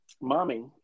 mommy